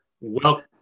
welcome